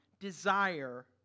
desire